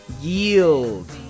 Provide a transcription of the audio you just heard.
yield